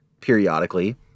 periodically